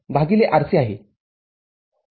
भागिले RC आहे